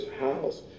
house